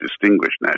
distinguished